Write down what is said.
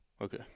Okay